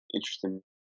interesting